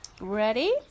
Ready